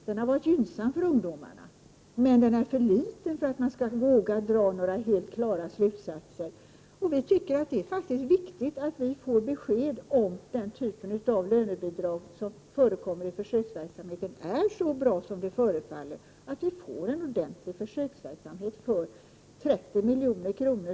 Den har varit gynnsam för ungdomarna, men den har haft för liten omfattning för att man skall våga dra några helt klara slutsatser. Vi tycker att det är viktigt att vi får besked huruvida den typ av lönebidrag som förekommer i försöksverksamheten är så bra som det förefaller. Vi behöver få en ordentlig försöksverksamhet för 30 milj.kr.